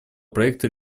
проекта